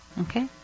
Okay